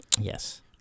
yes